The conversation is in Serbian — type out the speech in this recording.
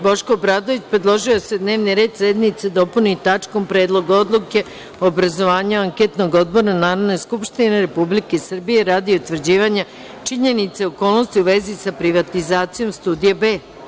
Boško Obradović, predložio je da se dnevni red sednice dopuni tačkom – Predlog odluke o obrazovanju anketnog odbora Narodne skupštine Republike Srbije radi utvrđivanja činjenica i okolnosti u vezi sa privatizacijom Studija B.